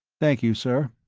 thank you, sir.